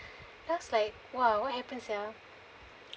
then I was like !wow! what happened sia